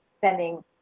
sending